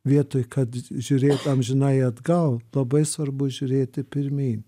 vietoj kad žiūrėt amžinai atgal labai svarbu žiūrėti pirmyn